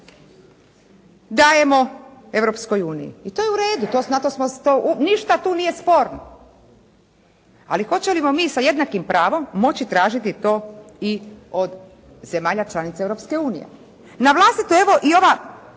dajemo Europskoj uniji. I to je u redu. To, na to smo, to u, ništa tu nije sporno. Ali hoćemo li mi sa jednakim pravom moći tražiti to i od zemalja članica Europske unije. Navlastita evo i ova